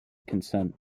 consent